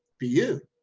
be you,